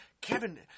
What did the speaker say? Kevin